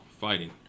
fighting